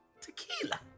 tequila